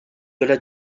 delà